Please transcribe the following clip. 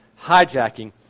hijacking